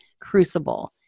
crucible